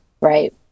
Right